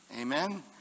Amen